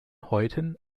häuten